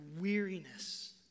weariness